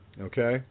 Okay